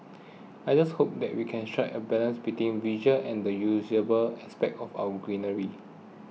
I just hope that we can strike a balance between the visual and the usability aspects of our greenery